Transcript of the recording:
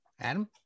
Adam